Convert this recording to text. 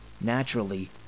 Naturally